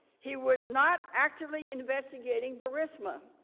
he was not actively investigating but prisma.